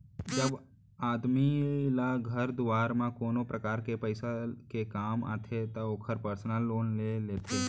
जब आदमी ल घर दुवार म कोनो परकार ले पइसा के काम आथे त ओहर पर्सनल लोन ले लेथे